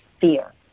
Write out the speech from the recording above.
fear